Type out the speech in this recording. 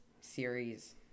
series